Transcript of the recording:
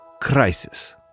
crisis